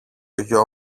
γιο